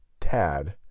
Tad